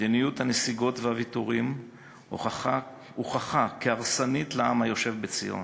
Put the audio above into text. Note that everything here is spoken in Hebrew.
מדיניות הנסיגות והוויתורים הוכחה כהרסנית לעם היושב בציון.